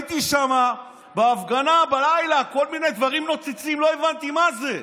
כשראיתי שם בהפגנה בלילה כל מיני דברים נוצצים לא הבנתי מה זה,